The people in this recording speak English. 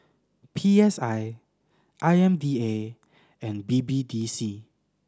P S I I M D A and B B D C